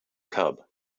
cub